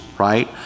right